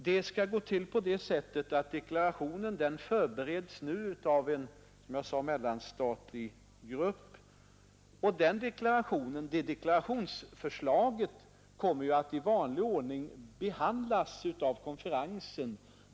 Deklarationen har, som jag sade, förberetts av en mellanstatlig grupp. Deklarationsförslaget kommer att i vanlig ordning behandlas av konferensen.